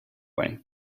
way